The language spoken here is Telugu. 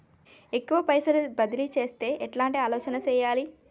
ఎక్కువ పైసలు బదిలీ చేత్తే ఎట్లాంటి ఆలోచన సేయాలి?